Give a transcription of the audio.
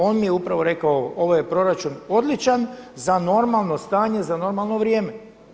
On mi je upravo rekao ovo: Ovo je proračun odličan za normalno stanje, za normalno vrijeme.